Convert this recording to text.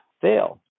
fail